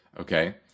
okay